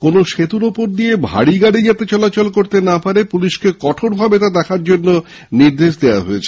কোনও সেতুর ওপর দিয়ে ভারী গাড়ী যাতে চলাচল করতে না পারে পুলিশকে কঠোরভাবে তা দেখার নির্দেশ দেওয়া হয়েছে